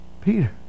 Peter